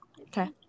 Okay